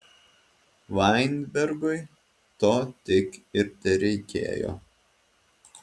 vainbergui to tik ir tereikėjo